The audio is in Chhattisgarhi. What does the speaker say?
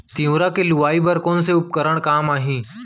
तिंवरा के लुआई बर कोन से उपकरण काम आही?